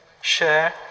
share